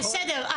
בסדר.